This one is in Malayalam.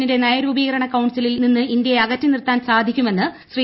എന്നിന്റെ നയരൂപീകരണ കൌൺസിലിൽ നിന്ന് ഇന്ത്യയെ അകറ്റിനിർത്താൻ സാധിക്കുമെന്ന് ശ്രീ